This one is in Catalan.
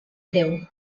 greu